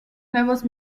nuevos